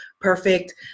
perfect